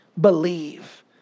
believe